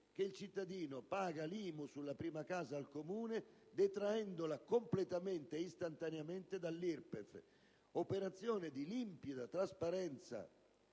che il cittadino paga l'IMU sulla prima casa al Comune detraendola completamente e istantaneamente dall'IRPEF. Sarebbe un'operazione